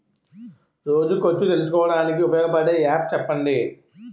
రోజు ఖర్చు తెలుసుకోవడానికి ఉపయోగపడే యాప్ చెప్పండీ?